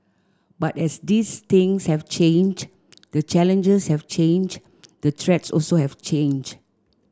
but as these things have changed the challenges have changed the threats also have changed